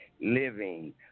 living